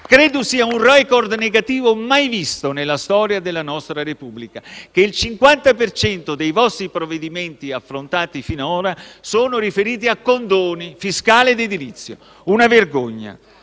Credo sia un *record* negativo mai visto nella storia della nostra Repubblica che il 50 per cento dei vostri provvedimenti affrontati finora sia riferito a condoni (fiscale e edilizio): una vergogna.